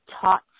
taught